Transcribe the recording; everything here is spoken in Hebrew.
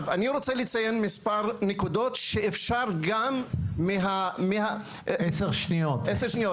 אני רוצה לציין מס' נקודות -- עשר שניות,